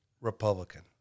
Republican